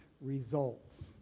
results